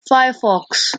firefox